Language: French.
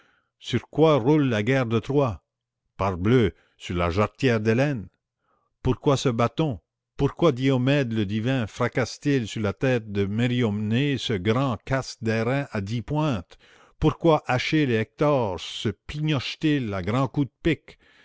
sur quoi roule la guerre de troie parbleu sur la jarretière d'hélène pourquoi se bat-on pourquoi diomède le divin fracasse t il sur la tête de mérionée ce grand casque d'airain à dix pointes pourquoi achille et hector se pignochent ils à grands coups de pique